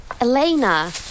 Elena